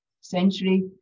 century